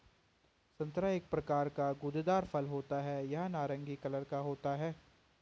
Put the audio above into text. संतरा एक प्रकार का गूदेदार फल होता है यह नारंगी कलर का होता है